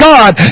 God